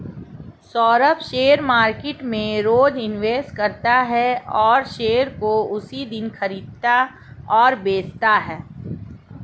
Saurabh share market में रोज investment करता है और शेयर को उसी दिन खरीदता और बेचता है